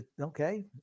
Okay